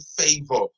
favor